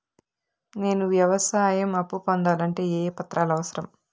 నేను వ్యవసాయం అప్పు పొందాలంటే ఏ ఏ పత్రాలు అవసరం?